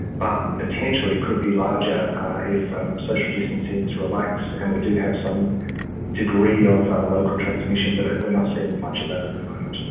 but potentially could be larger if social distancing is relaxed and we do have some degree of local transmission, but we but are not seeing much of that at the moment.